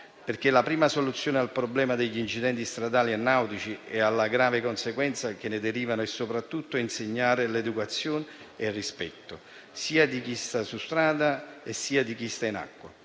nautiche. La prima soluzione al problema degli incidenti stradali e nautici e alle gravi conseguenze che ne derivano è soprattutto insegnare l'educazione e il rispetto, sia di chi sta su strada sia di chi sta in acqua.